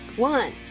one.